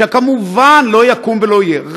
שכמובן לא יקום ולא יהיה.